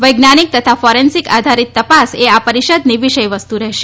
વૈજ્ઞાનિક તથા ફોરેન્સિક આધારીત તપાસ એ આ પરિષદની વિષયવસ્તુ રહેશે